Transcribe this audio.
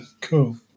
Cool